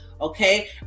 Okay